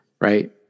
right